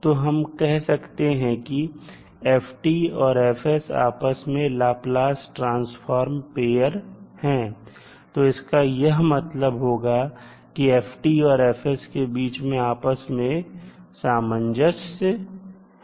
तो हम कह सकते हैं कि f और F आपस में लाप्लास ट्रांसफार्म पेयर है तो इसका यह मतलब होगा कि f और F के बीच आपस में सामंजस्य है